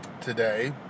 today